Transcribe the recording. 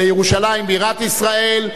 לירושלים בירת ישראל,